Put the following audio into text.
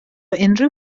unrhyw